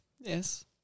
Yes